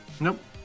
nope